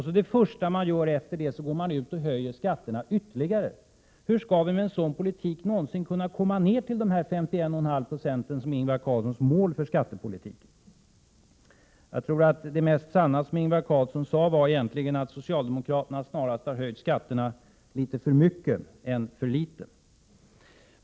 Men det första man gör därefter är att — 8 april 1988 man höjer skatterna ytterligare. Hur skall vi med en sådan politik någonsin kunna komma ned till de 51,5 26 som är Ingvar Carlssons mål för skattepolitiken? Jag tror att det mest sanna som Ingvar Carlsson sade egentligen var att socialdemokraterna snarare har höjt skatterna litet för mycket än för litet.